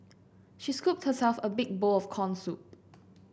she scooped herself a big bowl of corn soup